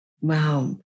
wow